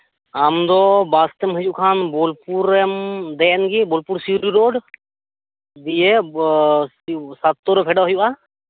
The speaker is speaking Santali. ᱟᱢᱫᱚ ᱵᱟᱥᱛᱮᱢ ᱦᱤᱡᱩᱜ ᱠᱷᱟᱱ ᱵᱳᱞᱯᱩᱨ ᱨᱮᱢ ᱫᱮᱡ ᱮᱱᱜᱮ ᱵᱳᱞᱯᱩᱨ ᱥᱤᱣᱲᱤ ᱨᱳᱰ ᱫᱤᱭᱮ ᱥᱟᱛ ᱛᱚᱲᱨᱮ ᱯᱷᱮᱰᱚᱜ ᱦᱩᱭᱩᱜᱼᱟ